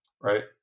right